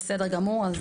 בסדר גמור.